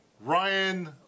Ryan